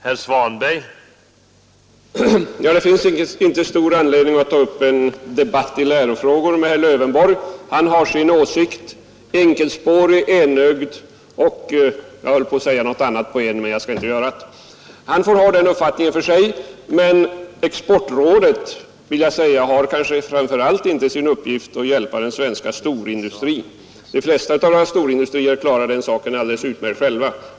Herr talman! Det finns inte stor anledning att ta upp en debatt i lärofrågor med herr Lövenborg. Han har sin åsikt, enkelspårig, enögd och — jag höll på att säga något annat på en-, men jag skall inte göra det. Han får ha den uppfattningen för sig, men jag vill säga att exportrådet kanske inte framför allt har till uppgift att hjälpa den svenska storindustrin. De flesta av våra stora industrier klarar exporten alldeles utmärkt själva.